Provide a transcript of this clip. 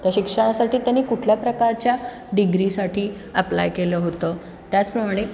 त्या शिक्षणासाठी त्यांनी कुठल्या प्रकारच्या डिग्रीसाठी अप्लाय केलं होतं त्याचप्रमाणे